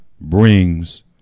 brings